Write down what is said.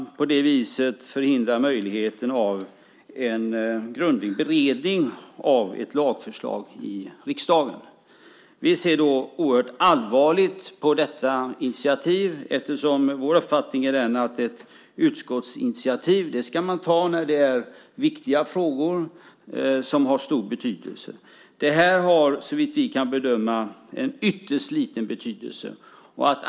På det viset förhindrar man möjligheten för en grundlig beredning av ett lagförslag i riksdagen. Vi ser oerhört allvarligt på detta initiativ eftersom vår uppfattning är att ett utskottsinitiativ ska man ta när det är viktiga frågor som har stor betydelse. Det här har såvitt vi kan bedöma ytterst liten betydelse.